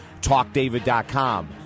talkdavid.com